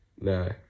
No